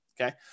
Okay